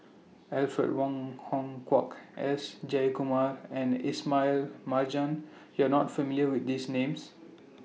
Alfred Wong Hong Kwok S Jayakumar and Ismail Marjan YOU Are not familiar with These Names